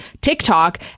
TikTok